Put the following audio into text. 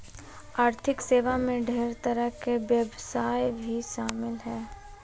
आर्थिक सेवा मे ढेर तरह के व्यवसाय भी शामिल हय